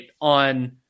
on